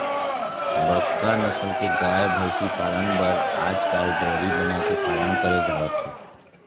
बड़का नसल के गाय, भइसी पालन बर आजकाल डेयरी बना के पालन करे जावत हे